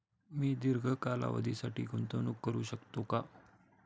मी दीर्घ कालावधीसाठी गुंतवणूक करू शकते का?